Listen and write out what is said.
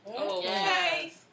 okay